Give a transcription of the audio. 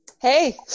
Hey